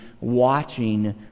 watching